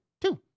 Two